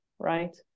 right